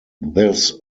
this